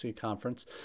conference